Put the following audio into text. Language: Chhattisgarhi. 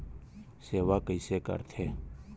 सेवा कइसे करथे?